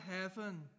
heaven